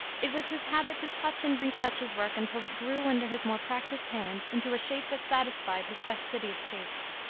it was his habit to touch and retouch his work until it grew under his more practiced hand into a shape that satisfied his fastidious taste.